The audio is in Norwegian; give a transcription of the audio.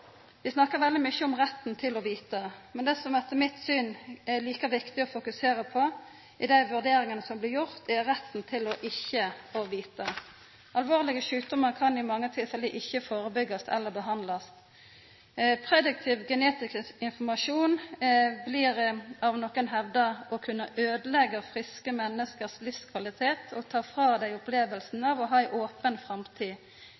Vi snakkar veldig mykje om retten til å vita, men det som det etter mitt syn er like viktig å fokusera på i dei vurderingane som blir gjorde, er retten til ikkje å vita. Alvorlege sjukdommar kan i mange tilfelle ikkje førebyggjast eller bli behandla. Prediktiv genetisk informasjon blir av nokre hevda å kunna øydeleggja friske menneskes livskvalitet og ta frå dei opplevinga av å ha ei open framtid,